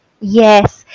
Yes